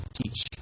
teach